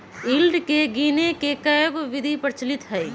yield के गीनेए के कयहो विधि प्रचलित हइ